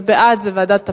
בעד זה ועדת הפנים,